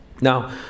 Now